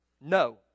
No